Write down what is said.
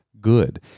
good